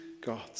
God